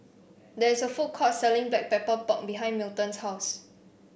there is a food court selling Black Pepper Pork behind Milton's house